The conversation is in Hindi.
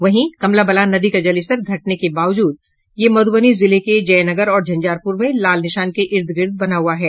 वहीं कमला बलान नदी का जलस्तर घटने के बावजूद यह मध्रबनी जले के जयनगर और झंझारपूर में लाल निशान के ईदगिर्द बना हुआ है